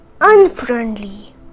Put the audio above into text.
unfriendly